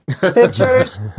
pictures